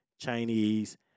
Chinese